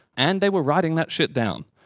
and they were writing that shit down.